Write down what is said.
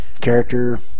character